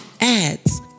ads